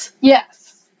Yes